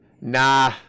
Nah